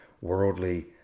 worldly